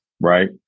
right